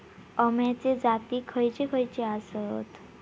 अम्याचे जाती खयचे खयचे आसत?